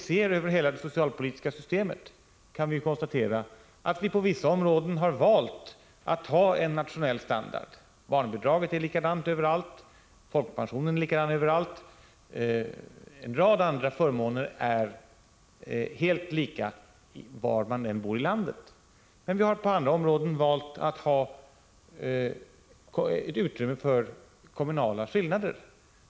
När det gäller det socialpolitiska systemet i dess helhet har vi på vissa områden valt att ha en nationell standard. Barnbidraget är ju likadant överallt i landet, likaså folkpensionen. Även en rad andra förmåner är helt lika var man än bor. På andra områden har vi valt att låta det finnas ett utrymme för kommunala skillnader.